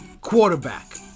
quarterback